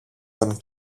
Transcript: τον